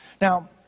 Now